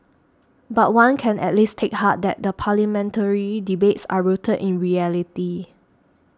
but one can at least take heart that the parliamentary debates are rooted in reality